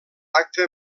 acte